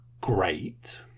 Great